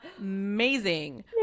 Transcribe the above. amazing